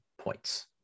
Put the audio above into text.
points